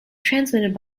transmitted